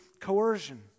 coercion